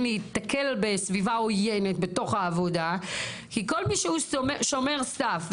להיתקל בסביבה עוינת בתוך העבודה כי כל מי שהוא שומר סף,